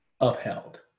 upheld